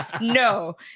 No